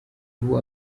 ubu